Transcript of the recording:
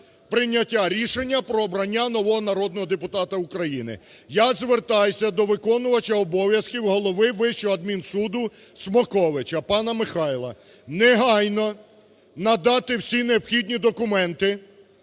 прийняття рішення про обрання нового народного депутата України. Я звертаюсь до виконуючого обов'язки голови Вищий адмінсуду Смоковича пана Михайла: негайно надати всі необхідні документи